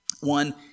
One